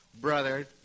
Brother